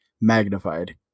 magnified